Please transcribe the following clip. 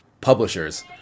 publishers